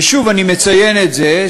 ושוב אני מציין את זה,